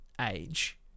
age